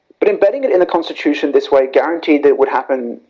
but embedding it in the constitution this way, guaranteed it would happen,